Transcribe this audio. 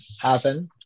happen